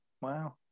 Wow